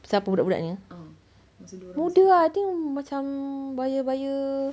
siapa budak-budaknya muda ah I think macam baya-baya